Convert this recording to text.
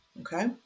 okay